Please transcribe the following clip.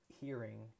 hearing